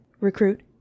Recruit